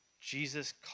Jesus